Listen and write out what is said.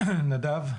נדב.